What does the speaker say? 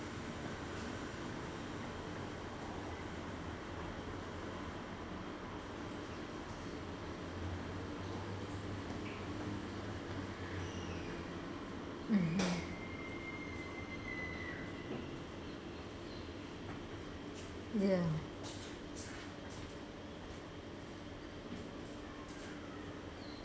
mmhmm ya